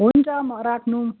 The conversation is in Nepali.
हुन्छ म राख्नू